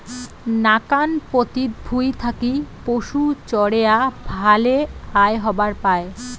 নাকান পতিত ভুঁই থাকি পশুচরেয়া ভালে আয় হবার পায়